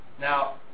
Now